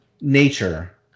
nature